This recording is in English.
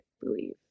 believe